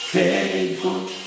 Faithful